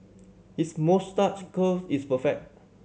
his moustache curl is perfect